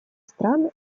стран